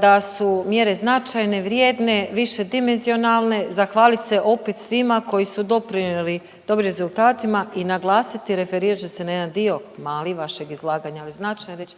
da su mjere značajne, vrijedne, višedimenzionalne, zahvaliti se opet svima koji su doprinijeli dobrim rezultatima i naglasiti i referirat ću se na jedan dio mali vašeg izlaganja, ali značajan, reći